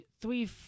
three